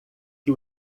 que